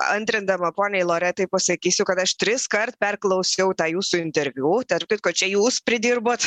antrindama poniai loretai pasakysiu kad aš triskart perklausiau tą jūsų interviu tarp kitko čia jūs pridirbot